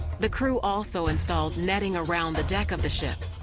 the crew also installed netting around the deck of the ship,